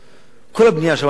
כל הבנייה שם היא בלתי חוקית,